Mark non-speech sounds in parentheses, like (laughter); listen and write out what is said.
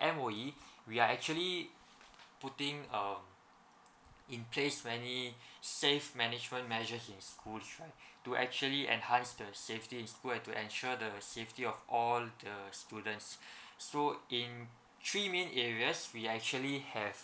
M_O_E we are actually putting uh in place many safe management measures in schools right to actually enhance the safety in school and to ensure the safety of all the students (breath) so in three main areas we actually have